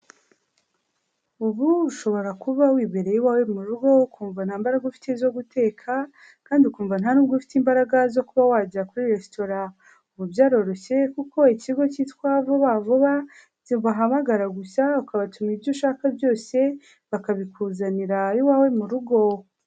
Ubu ushobora kuba wibereye iwawe mu rugo ukumva nta mbaraga ufite zo guteka, kandi ukumva nta n'ubwo ufite imbaraga zo kuba wajya kuri resitora, ubu byaroroshye kuko ikigo cyitwa vuba vuba, ubahamagara gusa ukabatuma ibyo ushaka byose, bakabikuzanira iwawe mu rugo.